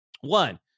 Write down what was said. One